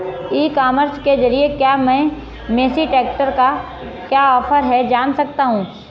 E commerce के ज़रिए क्या मैं मेसी ट्रैक्टर का क्या ऑफर है जान सकता हूँ?